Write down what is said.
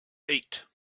eight